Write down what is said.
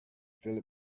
philip